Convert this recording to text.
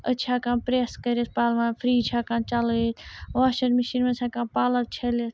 أسۍ چھِ ہٮ۪کان پرٛٮ۪س کٔرِتھ پَلوَن فرٛج چھِ ہٮ۪کان چَلٲیِتھ واشَن مِشیٖن منٛز ہٮ۪کان پَلو چھٔلِتھ